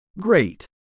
Great